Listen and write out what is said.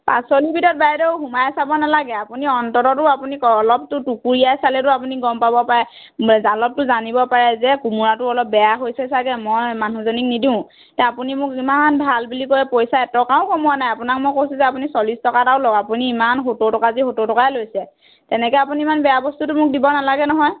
পাচলিৰ ভিতৰত বাইদেউ সোমাই চাব নালাগে আপুনি অন্ততঃতো আপুনি অলপতো টুকুৰিয়াই চালেতো আপুনি গম পাব পাৰে মে জালতটো জানিব পাৰে কোমোৰাটো অলপ বেয়া হৈছে চাগে মই মানুহজনীক নিদিও তে আপুনি মোক ইমান ভাল বুলি কৈ পইচা এটকাও কমোৱা নই আপোনাক মই কৈছোঁ যে আপুনি চল্লিছ টকা এটা লওক আপুনি ইমান সত্তৰ টকা যি সত্তৰ টকাই লৈছে এনেকৈ আপুনি ইমান বেয়া বস্তুটো মোক দিব নালাগে নহয়